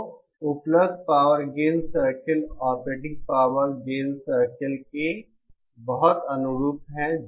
तो उपलब्ध power gain circle operating power gain circle के बहुत अनुरूप हैं